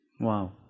Wow